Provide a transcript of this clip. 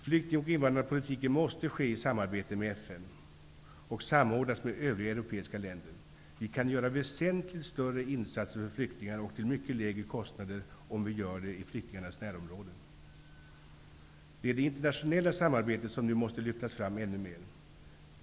Flykting och invandringspolitiken måste ske i samarbete med FN och samordnas med övriga europeiska länder. Vi kan göra väsentligt större insatser för flyktingar och till mycket lägre kostnader om vi gör det i flyktingarnas närområde. Det är det internationella samarbetet som nu måste lyftas fram ännu mer.